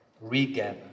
regather